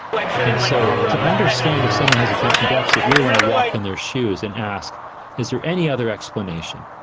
and so to understand if someone has attention deficit you really want to walk in their shoes and ask is there any other explanation.